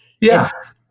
Yes